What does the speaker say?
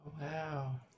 Wow